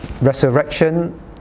resurrection